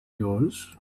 yours